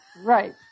Right